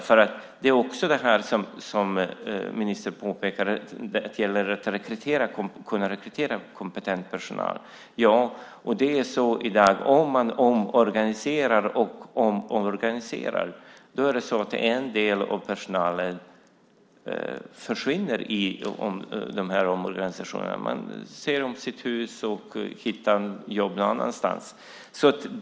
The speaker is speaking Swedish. Det gäller också det ministern sade om möjligheten att rekrytera kompetent personal. Det är i dag så att om man omorganiserar och omorganiserar kommer en del av personalen att försvinna i dessa omorganisationer. Man ser om sitt hus och hittar jobb någon annanstans.